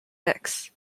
mixed